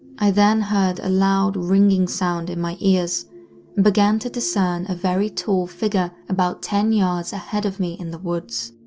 i then heard a loud ringing sound in my ears and began to discern a very tall figure about ten yards ahead of me in the woods.